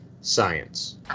science